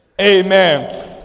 amen